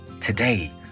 Today